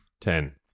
Ten